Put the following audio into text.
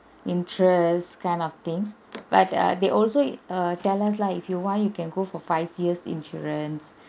interest kind of things but uh they also err tell us lah if you want you can go for five years insurance